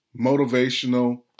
Motivational